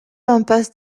impasse